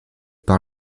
par